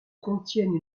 contiennent